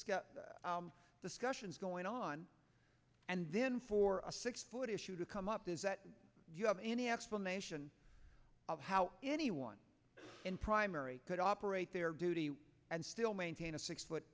discussions going on and then for a six foot issue to come up is that you have any explanation of how anyone in primary could operate their duty and still maintain a six